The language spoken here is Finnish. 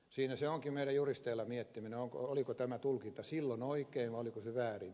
siinä onkin meidän juristeilla miettiminen oliko tämä tulkinta silloin oikein vai oliko se väärin